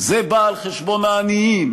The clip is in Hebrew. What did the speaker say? בא על חשבון העניים,